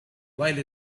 while